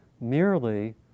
merely